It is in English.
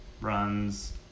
runs